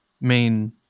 main